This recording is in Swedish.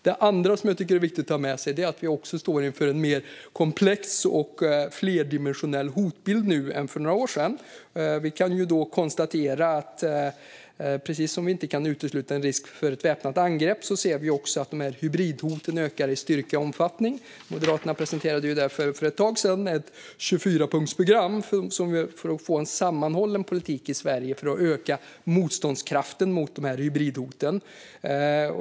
Det andra som jag tycker är viktigt att ha med sig är att vi står inför en mer komplex och flerdimensionell hotbild nu än för några år sedan. Vi kan konstatera att utöver att vi inte kan utesluta en risk för ett väpnat angrepp ser vi att hybridhoten ökar i styrka och omfattning. Moderaterna presenterade därför för ett tag sedan ett 24-punktsprogram för att få en sammanhållen politik i Sverige för att öka motståndskraften mot de här hybridhoten.